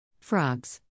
Frogs